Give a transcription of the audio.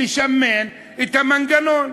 לשמן את המנגנון.